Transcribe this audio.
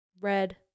red